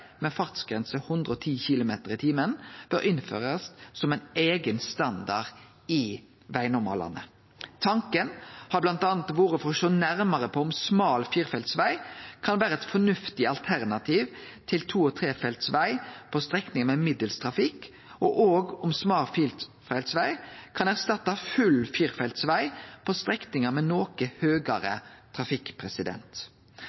110 km/t bør innførast som ein eigen standard i vegnormalane. Tanken har bl.a. vore å sjå nærare på om smal fireveltsveg kan vere eit fornuftig alternativ til to- og trefeltsveg på strekningar med middels trafikk, og også om smal firefeltsveg kan erstatte full firefeltsveg på strekningar med noko